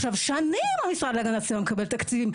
עכשיו שנים המשרד להגנת הסביבה מקבל תקציבים,